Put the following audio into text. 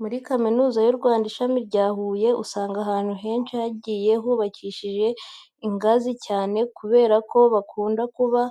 Muri kaminuza y'u Rwanda, Ishami rya Huye usanga ahantu henshi hagiye hubakishije ingazi cyane kubera ko hakunda kuba